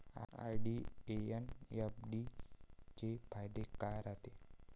RD अन FD चे फायदे काय रायते?